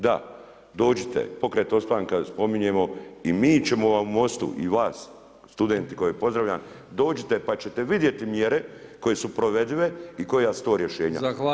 Da, dođite, pokret ostanka spominjemo i mi ćemo vam u MOST-u i vas studenti koje pozdravljam, dođite pa ćete vidjeti mjere koje su provedive i koja su to rješenja.